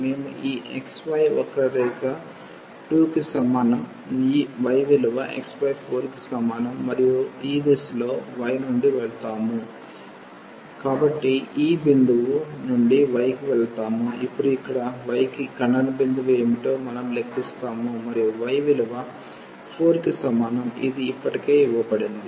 మేము ఈ xy వక్రరేఖ 2 కి సమానం ఈ y విలువ x4కి సమానం మరియు ఈ దిశలో y నుండి వెళ్తాము ఈ బిందువు నుండి y కి వెళ్తాము ఇప్పుడు ఇక్కడ y కి ఖండన బిందువు ఏమిటో మనం లెక్కిస్తాము మరియు y విలువ 4 కి సమానం ఇది ఇప్పటికే ఇవ్వబడింది